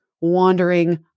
wandering